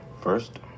First